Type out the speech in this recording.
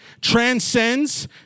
transcends